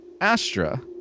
Astra